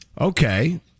Okay